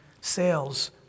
sales